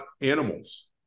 animals